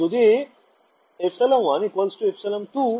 ছাত্র ছাত্রীঃ R0